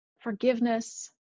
forgiveness